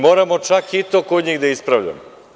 Moramo čak i to kod njih da ispravljamo.